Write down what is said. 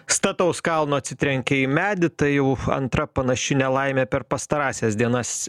stataus kalno atsitrenkė į medį tai jau antra panaši nelaimė per pastarąsias dienas